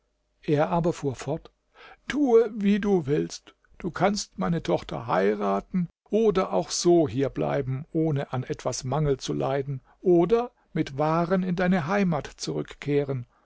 er aber fuhr fort tue wie du willst du kannst meine tochter heiraten oder auch so hier bleiben ohne an etwas mangel zu leiden oder mit waren in deine heimat zurückkehren